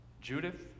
Judith